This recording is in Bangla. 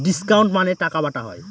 ডিসকাউন্ট মানে টাকা বাটা হয়